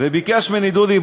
וביקש ממני: דודי,